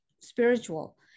spiritual